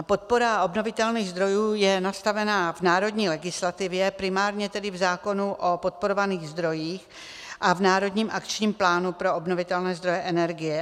Podpora obnovitelných zdrojů je nastavená v národní legislativě, primárně tedy v zákonu o podporovaných zdrojích a v Národním akčním plánu pro obnovitelné zdroje energie.